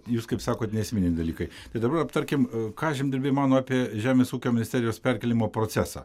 jūs kaip sakot neesminiai dalykai tai dabar aptarkim ką žemdirbiai mano apie žemės ūkio ministerijos perkėlimo procesą